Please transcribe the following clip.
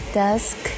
dusk